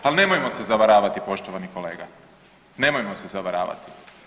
Ali nemojmo se zavaravati poštovani kolega, nemojmo se zavaravati.